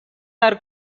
are